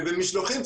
במשלוחים,